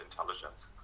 intelligence